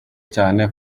cyane